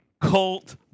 colt